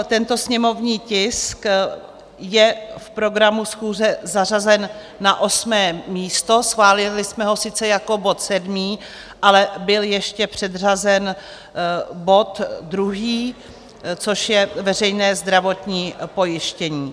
Tento sněmovní tisk je v programu schůze zařazen na osmé místo, schválili jsme ho sice jako bod sedmý, ale byl ještě předřazen bod druhý, což je veřejné zdravotní pojištění.